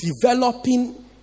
developing